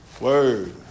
Word